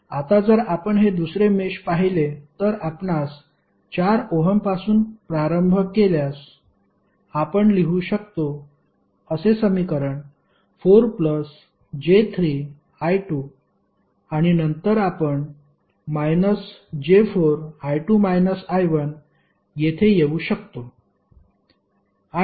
आता जर आपण हे दुसरे मेष पाहिले तर आपणास 4 ओहमपासून प्रारंभ केल्यास आपण लिहू शकतो असे समीकरण 4 j3 I2 आणि नंतर आपण j4 येथे येऊ शकतो आणि ते 0 होईल